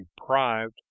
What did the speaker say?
deprived